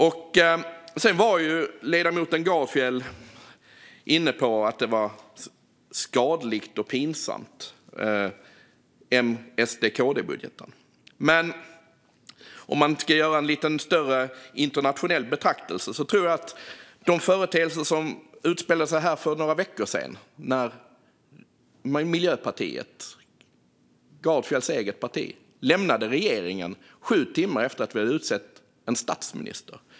Ledamoten Gardfjell var inne på att M-SD-KD-budgeten var skadlig och pinsam. Men om man ska göra en lite större internationell betraktelse tror jag att man ska titta på de företeelser som utspelade sig här för några veckor sedan när Miljöpartiet, Gardfjells eget parti, lämnade regeringen sju timmar efter att vi hade utsett en statsminister.